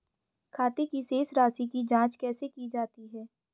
खाते की शेष राशी की जांच कैसे की जाती है?